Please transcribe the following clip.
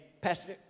Pastor